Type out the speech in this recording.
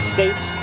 States